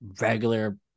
regular